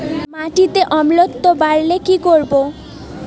মাটিতে অম্লত্ব বাড়লে কি করব?